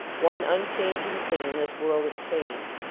one unchanging thing in this world of change.